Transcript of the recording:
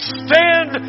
stand